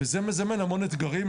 זה מזמן המון אתגרים.